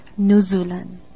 Nuzulan